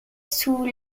sous